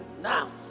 now